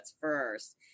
first